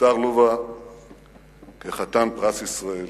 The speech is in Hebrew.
הוכתר לובה כחתן פרס ישראל.